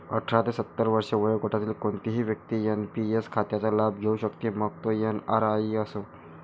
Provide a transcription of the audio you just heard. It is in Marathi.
अठरा ते सत्तर वर्षे वयोगटातील कोणतीही व्यक्ती एन.पी.एस खात्याचा लाभ घेऊ शकते, मग तो एन.आर.आई असो